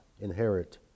inherit